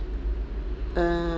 err